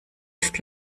ist